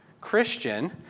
Christian